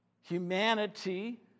humanity